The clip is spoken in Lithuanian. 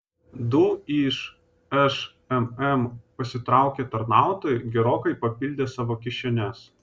du iš šmm pasitraukę tarnautojai gerokai papildė savo kišenes